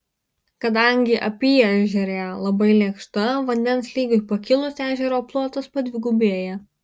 kadangi apyežerė labai lėkšta vandens lygiui pakilus ežero plotas padvigubėja